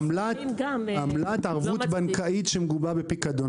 עמלת ערבות בנקאית שמגובה בפיקדון,